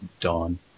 Dawn